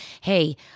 Hey